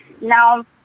now